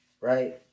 right